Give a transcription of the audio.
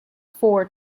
four